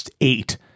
eight